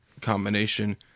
combination